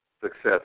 success